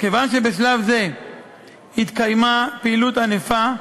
כיוון שבשלב זה התקיימה פעילות ענפה,